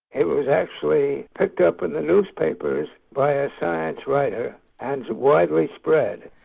it was actually picked up in the newspapers by a science writer and widely spread.